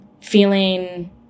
feeling